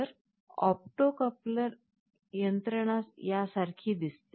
तर opto coupler यंत्रणा यासारखी दिसते